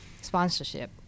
sponsorship